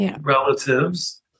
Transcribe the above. relatives